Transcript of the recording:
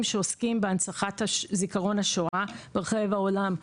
שעוסקים בהנצחת זיכרון השואה ברחבי העולם.